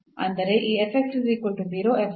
ಅಂದರೆ ಈ